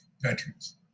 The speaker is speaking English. veterans